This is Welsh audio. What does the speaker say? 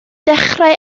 dechrau